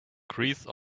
grease